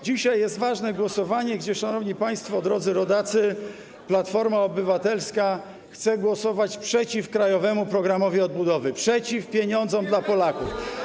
Dzisiaj jest ważne głosowanie, szanowni państwo, drodzy rodacy, w przypadku którego Platforma Obywatelska chce głosować przeciw krajowemu programowi odbudowy, przeciw pieniądzom dla Polaków.